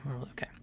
Okay